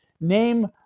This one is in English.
name